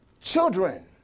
children